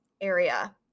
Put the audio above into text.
area